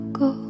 go